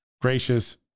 Gracious